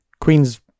Queen's